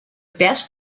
best